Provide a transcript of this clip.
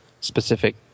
specific